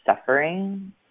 suffering